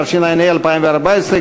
התשע"ה 2014,